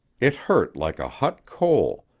it hurt like a hot coal,